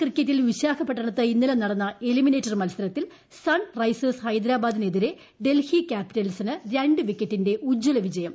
ക്രിക്കറ്റിൽ വിശാഖപ്പിട്ടുണത്ത് ഇന്നലെ നടന്ന എലിമിനേറ്റർ മത്സരത്തിൽ സൺറൈസേഴ്സ്ട് ഹ്ലൈദരാബാദിനെതിരെ ഡൽഹി ക്യാപ്പിറ്റൽസിന് രണ്ടു വിക്കുറ്റിന്റെ ഉജ്ജല വിജയം